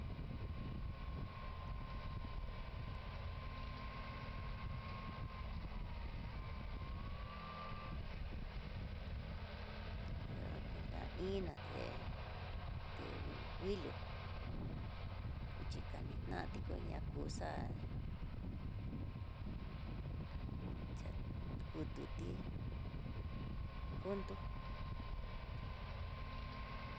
ihá ko la iná té, ti nguiló nguichi kanitanti koña kuxa'a xá kutoti jonto.